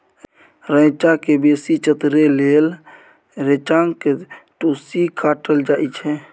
रैंचा केँ बेसी चतरै लेल रैंचाक टुस्सी काटल जाइ छै